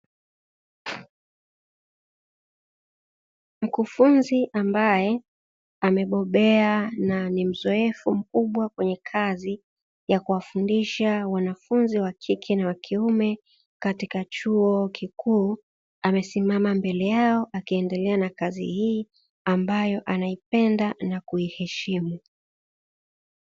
Mkufunzi ambaye amebobea na ni mzoefu mkubwa kwenye kazi ya kuwafundisha wanafunzi wakike na wakiume katika chuo kikuu amesimama mbele yao akiendelea na kazi hii ambayo anaipenda na kuieshimu.